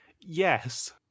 Yes